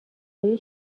آیا